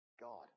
God